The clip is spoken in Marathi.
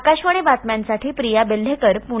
आकाशवाणी बातम्यांसाठी प्रिया बेल्हेकर पूणे